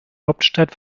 hauptstadt